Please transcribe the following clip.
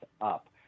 up